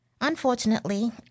Unfortunately